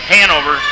Hanover